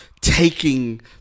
taking